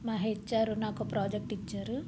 మా హెచ్ఆర్ నాకో ప్రాజెక్ట్ ఇచ్చారు